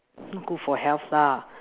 not good for health lah